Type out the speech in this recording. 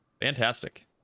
Fantastic